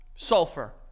Sulfur